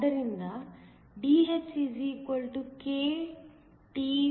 ಆದ್ದರಿಂದ DhkThe